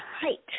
height